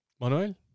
Manuel